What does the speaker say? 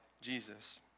Jesus